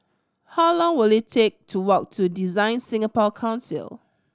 how long will it take to walk to DesignSingapore Council